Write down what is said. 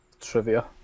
Trivia